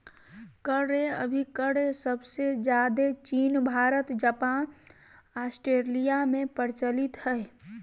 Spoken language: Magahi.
क्रय अभिक्रय सबसे ज्यादे चीन भारत जापान ऑस्ट्रेलिया में प्रचलित हय